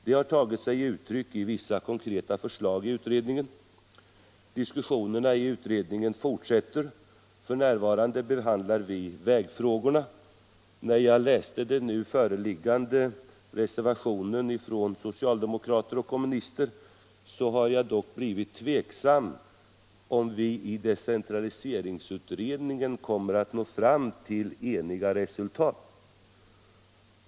Det har tagit sig uttryck i vissa konkreta förslag till utredningen. Diskussionerna i utredningen fortsätter. F. n. behandlar vi vägfrågorna. När jag läst den nu föreliggande reservationen från socialdemokrater och kommunister har jag dock blivit tveksam om huruvida vi i decentraliseringsutredningen kommer att nå fram till eniga resultat.